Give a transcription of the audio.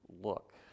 look